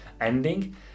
ending